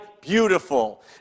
beautiful